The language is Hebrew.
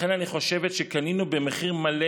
לכן אני חושבת שקנינו במחיר מלא